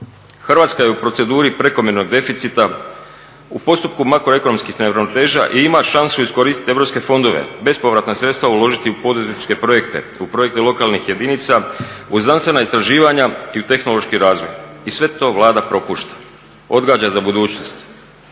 Hrvatska je u proceduru prekomjernog deficita, u postupku makroekonomskih neuravnoteža i ima šansu iskoristiti europske fondove, bespovratna sredstva uložiti u poduzetničke projekte, u projekte lokalnih jedinica, u znanstvena istraživanja i u tehnološki razvoj i sve to Vlada propušta, odgađa za budućnost.